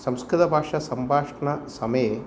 संस्कृतभाषासम्भाषणसमये